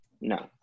No